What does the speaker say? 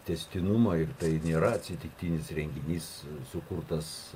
tęstinumą ir tai nėra atsitiktinis renginys sukurtas